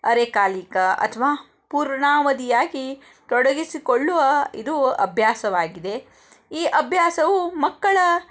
ಅರೆಕಾಲಿಕ ಅಥವಾ ಪೂರ್ಣಾವಧಿಯಾಗಿ ತೊಡಗಿಸಿಕೊಳ್ಳುವ ಇದು ಅಭ್ಯಾಸವಾಗಿದೆ ಈ ಅಭ್ಯಾಸವು ಮಕ್ಕಳ